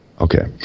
Okay